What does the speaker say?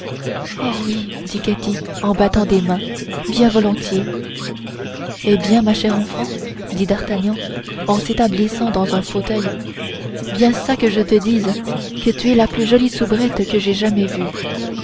oh oui dit ketty en battant des mains bien volontiers eh bien ma chère enfant dit d'artagnan en s'établissant dans un fauteuil viens çà que je te dise que tu es la plus jolie soubrette que j'aie jamais vue